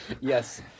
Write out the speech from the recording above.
Yes